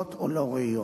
ראויות או לא ראויות.